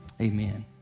Amen